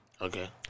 Okay